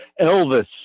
elvis